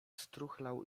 struchlał